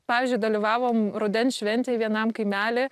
pavyzdžiui dalyvavom rudens šventėj vienam kaimely